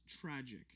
tragic